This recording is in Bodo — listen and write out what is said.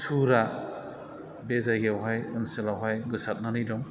तुरा बे जायगायावहाय ओनसोलावहाय गोसारनानै दं